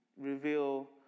reveal